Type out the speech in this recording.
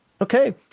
Okay